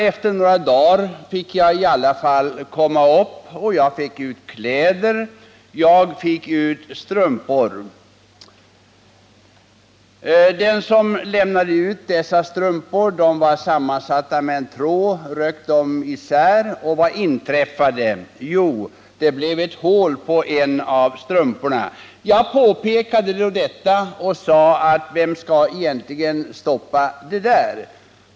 Efter några dagar fick jag komma upp och fick ut kläder. Jag fick då bl.a. ut strumpor. Den person som lämnade ut dessa strumpor, som var sammansatta med en tråd, ryckte isär dem, och vad inträffade? Jo, det blev ett hål på en av strumporna. Jag påpekade då detta och sade: Vem skall stoppa det där?